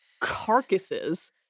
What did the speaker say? carcasses